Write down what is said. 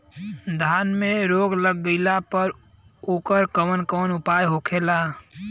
धान में रोग लग गईला पर उकर कवन कवन उपाय होखेला?